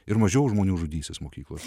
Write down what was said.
ir mažiau žmonių žudysis mokyklos